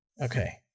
Okay